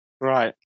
Right